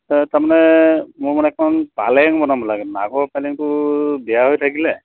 তাৰমানে মোৰ মানে অখন পালেং বনাব লাগে অগৰ পালেংটো বেয়া হৈ থাকিলে